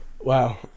Wow